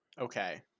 Okay